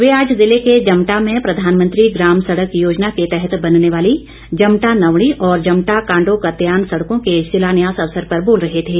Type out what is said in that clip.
वे आज जिले के जमटा में प्रधानमंत्री ग्राम सड़क योजना के तहत बनने वाली जमटा नवणी और जमटा कांडोकतयान सड़कों के शिलान्यास अवसर पर बोल रहे थे